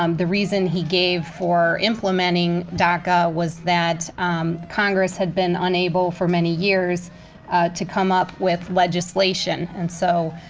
um the reason he gave for implementing daca was that congress had been unable for many years to come up with legislation, and so,